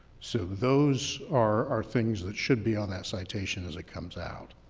so those are things that should be on that citation as it comes out.